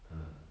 ah